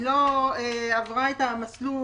לא עברה את המסלול,